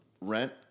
rent